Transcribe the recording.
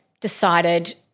decided